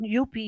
UP